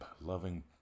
loving